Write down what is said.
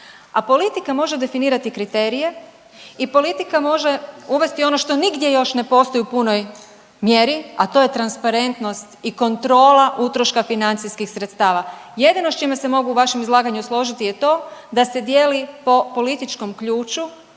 a politika može definirati kriterije i politika može uvesti ono što nigdje još ne postoji u punoj mjeri, a to je transparentnost i kontrola utroška financijskih sredstava. Jedino s čime se mogu u vašem izlaganju složiti je to da se dijeli po političkom ključu